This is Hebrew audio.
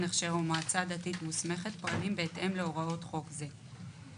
הכשר או מועצה דתית מוסמכת פועלים בהתאם להוראות חוק זה.